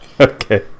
Okay